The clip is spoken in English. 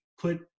put